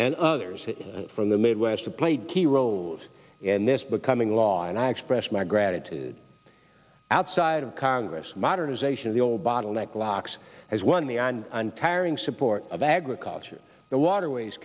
and others from the midwest a played key roles in this becoming law and i express my gratitude outside of congress modernization of the old bottleneck locks as one the and untiring support of agriculture the waterways